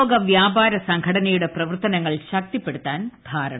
ലോകവ്യാപാര സ്ഠഘട്നയുടെ പ്രവർത്തനങ്ങൾ ന് ശക്തിപ്പെടുത്താൻ ധാരണ